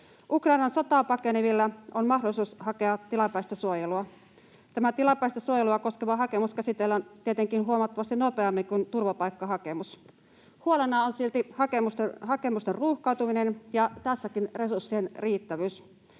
Ukrainan sotaa pakenevilla on mahdollisuus hakea tilapäistä suojelua. Tämä tilapäistä suojelua koskeva hakemus käsitellään tietenkin huomattavasti nopeammin kuin turvapaikkahakemus. Huolena on silti hakemusten ruuhkautuminen ja tässäkin resurssien riittävyys.